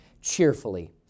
cheerfully